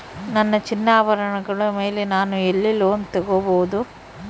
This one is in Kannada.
ನನ್ನ ಚಿನ್ನಾಭರಣಗಳ ಮೇಲೆ ನಾನು ಎಲ್ಲಿ ಲೋನ್ ತೊಗೊಬಹುದು?